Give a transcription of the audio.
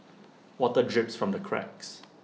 water drips from the cracks